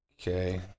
Okay